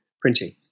printing